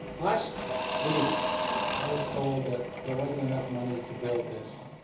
last week i was told that there wasn't enough money to build this,